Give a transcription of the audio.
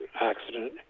accident